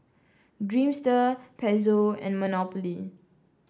Dreamster Pezzo and Monopoly